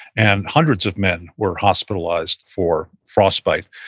and hundreds of men were hospitalized for frostbite.